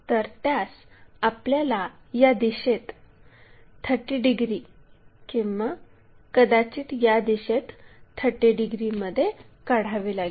तर त्यास आपल्याला या दिशेत 30 डिग्री किंवा कदाचित या दिशेत 30 डिग्रीमध्ये काढावे लागेल